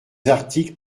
articles